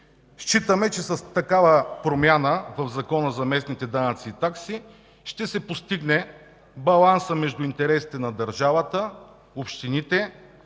Считаме, че с такава промяна в Закона за местните данъци и такси ще се постигне балансът между интересите на държавата, общините,